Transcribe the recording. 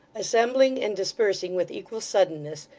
assembling and dispersing with equal suddenness,